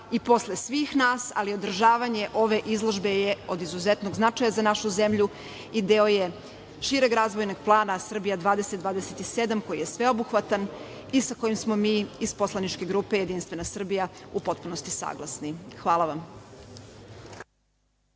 i posle svih nas, ali održavanje ove izložbe je od izuzetnog značaja za našu zemlju i deo je šireg razvojnog plana „Srbija 2027“ koji je sveobuhvatan i sa kojim smo mi iz poslaničke grupe Jedinstvena Srbija u potpunosti saglasni. Hvala vam.